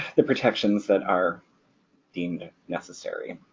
the protections that are deemed necessary.